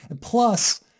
Plus